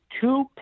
two